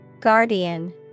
Guardian